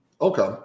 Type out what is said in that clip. Okay